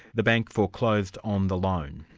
the bank foreclosed on the loan?